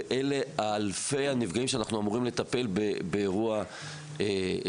ואלה אלפי הנפגעים שאנחנו אמורים לטפל בהם באירוע שכזה.